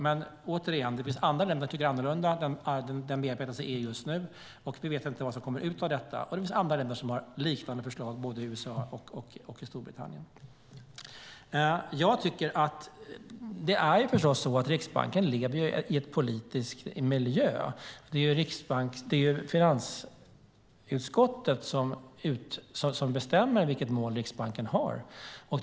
Men, återigen, det finns andra länder som tycker annorlunda. Detta bearbetas i EU just nu, och vi vet inte vad som kommer ut av detta. Det finns också länder som har liknande förslag, både USA och Storbritannien. Riksbanken lever förstås i en politisk miljö. Det är finansutskottet som bestämmer vilket mål Riksbanken ska ha.